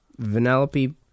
Vanellope